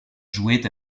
jouait